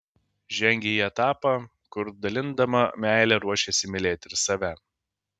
žengia į etapą kur dalindama meilę ruošiasi mylėti ir save